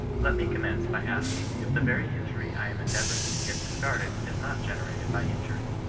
let me commence by asking if the very injury i am endeavouring to get discarded is not generated by injury?